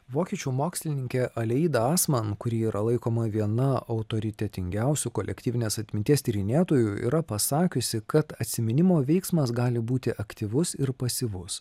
vokiečių mokslininkė aleida asman kuri yra laikoma viena autoritetingiausių kolektyvinės atminties tyrinėtojų yra pasakiusi kad atsiminimo veiksmas gali būti aktyvus ir pasyvus